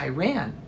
Iran